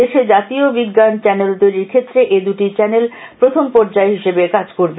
দেশে জাতীয় বিজ্ঞান চ্যানেল তৈরির ক্ষেত্রে এই দুটি চ্যানেল প্রথম পর্যায় হিসেবে কাজ করবে